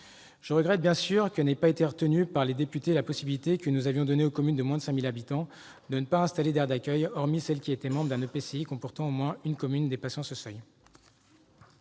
Je regrette bien sûr que n'ait pas été retenue par les députés la possibilité que nous avions donnée aux communes de moins de 5 000 habitants de ne pas installer d'aires d'accueil, hormis si elles étaient membres d'un EPCI comportant au moins une commune dépassant ce seuil.